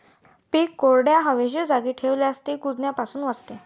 पीक कोरड्या, हवेशीर जागी ठेवल्यास ते कुजण्यापासून वाचते